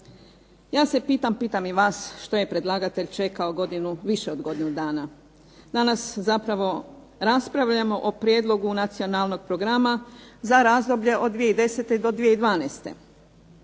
Ja se pitam, pitam i vas, što je predlagatelj čekao godinu, više od godinu dana? Danas zapravo raspravljamo o prijedlogu Nacionalnog programa za razdoblje od 2010. do 2012.